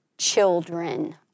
Children